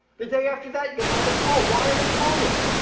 the day after that, you get another call. why are they calling?